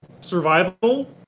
Survival